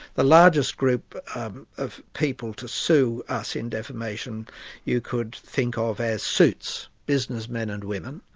the largest group of people to sue us in defamation you could think ah of as suits, businessmen and women,